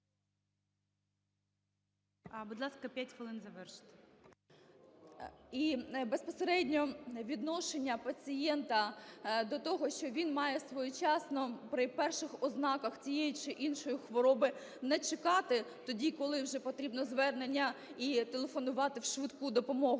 Будь ласка, п'ять хвилин завершити. СИСОЄНКО І.В. І безпосередньо відношення пацієнта до того, що він має своєчасно при перших ознаках цієї чи іншої хвороби, не чекати тоді, коли вже потрібно звернення і телефонувати в швидку допомогу